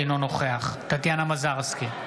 אינו נוכח טטיאנה מזרסקי,